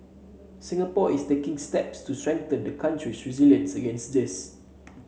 Singapore is taking steps to strengthen the country's resilience against this